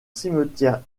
cimetière